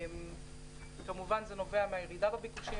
וזה כמובן נובע מהירידה בביקושים,